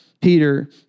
Peter